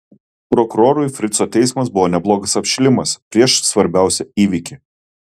prokurorui frico teismas buvo neblogas apšilimas prieš svarbiausią įvykį